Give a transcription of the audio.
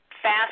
Fast